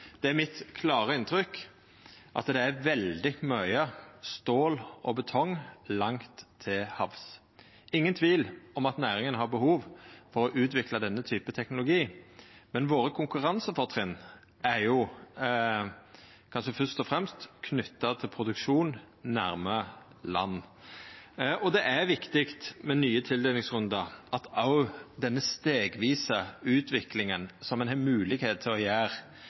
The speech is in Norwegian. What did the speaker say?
Det er mitt klare inntrykk at det er veldig mykje stål og betong langt til havs. Det er ingen tvil om at næringa har behov for å utvikla denne typen teknologi, men våre konkurransefortrinn er først og fremst knytte til produksjon nær land. Det er viktig ved nye tildelingsrundar at denne stegvise utviklinga gjer at – kva skal eg seia – òg den ordinære oppdrettsverksemda må ha moglegheit til å